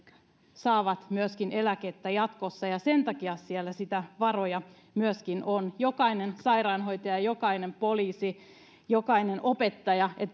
saa myöskin eläkettä jatkossa ja sen takia siellä niitä varoja myöskin on että jokainen sairaanhoitaja jokainen poliisi jokainen opettaja